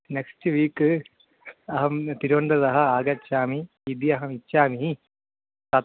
next week अहं तिरुवुण्डतः आगच्छामि इति अहम् इच्छामि तत्र